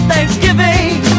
Thanksgiving